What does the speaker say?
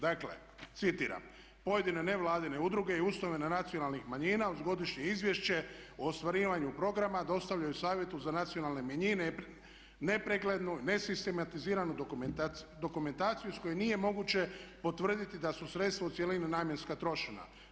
Dakle citiram: "Pojedine nevladine udruge i ustanove nacionalnih manjina uz godišnje izvješće o ostvarivanja programa dostavljaju Savjetu za nacionalne manjine nepreglednu, nesistematiziranu dokumentaciju iz koje nije mogu potvrditi da su sredstva u cjelini namjenska trošena.